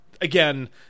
again